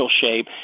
shape